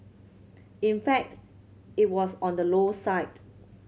in fact it was on the low side